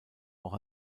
auch